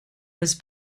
was